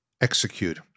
execute